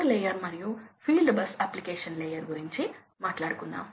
variable speed drive case కి వెళ్లి ఏమి జరుగుతుందో చూద్దాం